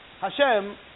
Hashem